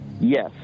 Yes